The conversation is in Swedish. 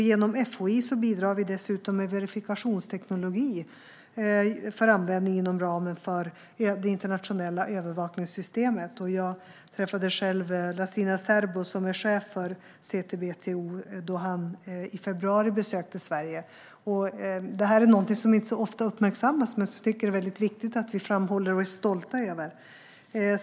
Genom FOI bidrar vi dessutom med verifikationsteknologi för användning inom ramen för det internationella övervakningssystemet. Jag träffade själv Lassina Zerbo, som är chef för CTBTO, då han i februari besökte Sverige. Detta är någonting som inte så ofta uppmärksammas men som jag tycker är viktigt att vi framhåller och är stolta över.